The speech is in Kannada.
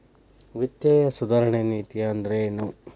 ವಿತ್ತೇಯ ಸುಧಾರಣೆ ನೇತಿ ಅಂದ್ರೆನ್